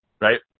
Right